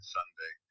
Sunday